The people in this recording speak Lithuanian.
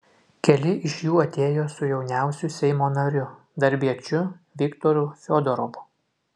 keli iš jų atėjo su jauniausiu seimo nariu darbiečiu viktoru fiodorovu